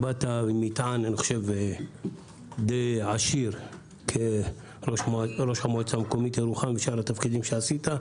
באת עם מטעם עשיר כראש המועצה המקומית ירוחם ובשאר התפקידים שעשית.